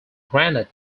granted